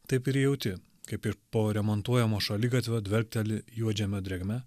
taip ir jauti kaip ir po remontuojamo šaligatvio dvelkteli juodžemio drėgme